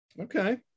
Okay